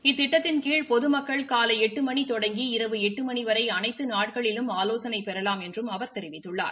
இத்திட்டத்தின் கீழ் பொதுமக்கள் காலை எட்டு மணி தொடங்கி இரவு எட்டு மணி வரை அனைத்து நாட்களிலும் ஆலோசனை பெறலாம் என்றும் அவர் தெரிவித்துள்ளார்